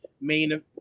main